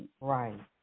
Right